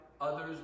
others